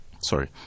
Sorry